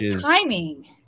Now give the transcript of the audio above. timing